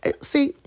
see